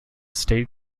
state